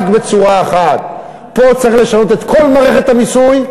רק בצורה אחת: פה צריך לשנות את כל מערכת המיסוי,